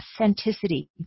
authenticity